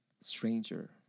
stranger